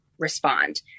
respond